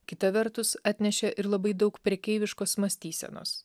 kita vertus atnešė ir labai daug prekeiviškos mąstysenos